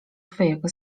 twojego